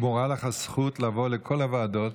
שמורה לך הזכות לבוא לכל הוועדות,